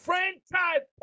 franchise